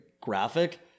graphic